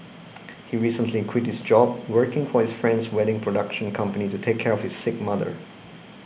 he recently quit his job working for his friend's wedding production company to take care of his sick mother